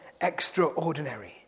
extraordinary